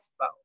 expo